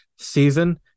season